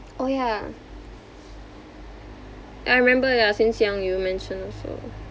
oh ya I remember ya since young you mention also